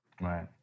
Right